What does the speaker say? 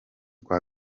kwa